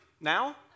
now